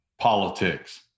politics